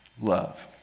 love